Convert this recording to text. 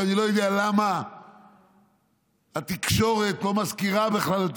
ואני לא יודע למה התקשורת לא מזכירה בכלל את